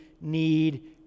need